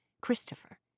Christopher